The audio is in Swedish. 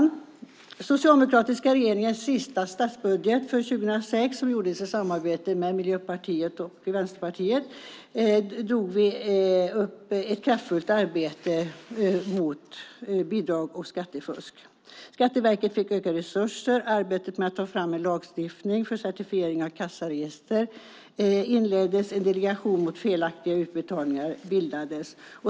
I den socialdemokratiska regeringens sista statsbudget för 2006, som gjordes i samarbete med Miljöpartiet och Vänsterpartiet, drogs ett kraftfullt arbete mot bidrags och skattefusk upp. Skatteverket fick ökade resurser. Arbetet med att ta fram en lagstiftning för certifiering av kassaregister inleddes. En delegation mot felaktiga utbetalningar bildades.